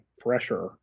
fresher